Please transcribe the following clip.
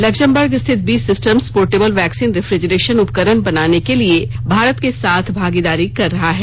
Luxembourg स्थित B systems portable vaccine refrigeration उपकरण बनाने के लिए भारत के साथ भागीदारी कर रहा है